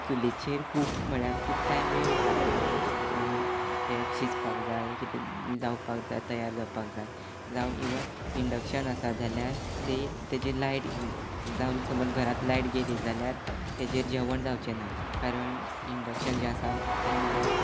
चुलीचेर खूब म्हणल्यार खूब टायम वेळ लागता तें शिजपाक जाय तें जावपाक जाय तयार जावपाक जाय जावं इव्हन इंडक्शन आसा जाल्यार तें तेचेर लायट समज घरांत लायट गेली जाल्यार तेजेर जेवण जावचें ना कारण इंडक्शन जें आसा तें म्हणल्यार